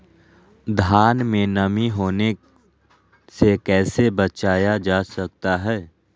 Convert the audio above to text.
धान में नमी होने से कैसे बचाया जा सकता है?